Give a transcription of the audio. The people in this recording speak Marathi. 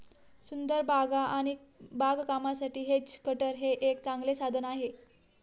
सुंदर बागा आणि बागकामासाठी हेज कटर हे एक चांगले साधन आहे